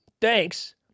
Thanks